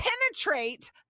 penetrate